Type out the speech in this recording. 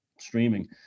streaming